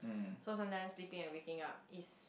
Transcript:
so sometimes sleeping and waking up is